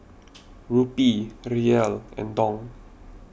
Rupee Riel and Dong